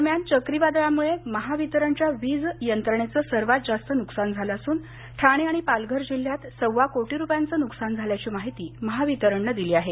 दरम्यान चक्रीवादळामुळे महावितरणच्या वीज यंत्रणेचं सर्वात जास्त नुकसान झाल असून ठाणे आणि पालघर जिल्ह्यात सव्वा कोटी रुपयांचं नुकसान झाल्याची माहिती महावितरण नं दिली आहे